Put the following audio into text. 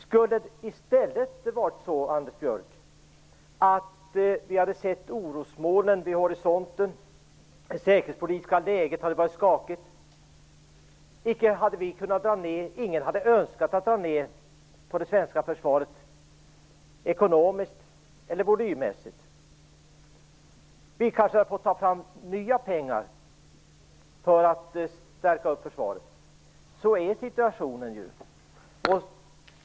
Skulle det i stället ha varit så, Anders Björck, att vi hade sett orosmolnen vid horisonten och det säkerhetspolitiska läget hade varit skakigt hade ingen önskat att dra ned på det svenska försvaret, varken ekonomiskt eller volymmässigt. Då hade vi kanske fått ta fram nya pengar för att stärka upp försvaret. Så är situationen.